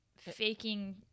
Faking